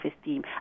esteem